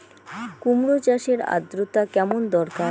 কুমড়ো চাষের আর্দ্রতা কেমন দরকার?